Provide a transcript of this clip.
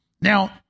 Now